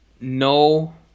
No